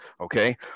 okay